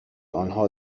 آنها